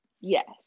Yes